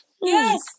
yes